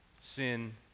Sin